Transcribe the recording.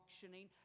functioning